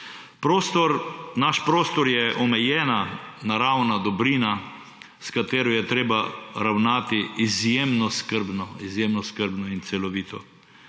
naš prostor je omejena naravna dobrina, s katero je treba ravnati izjemno skrbno in celovito.